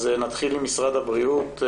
נתחיל עם משרד הבריאות.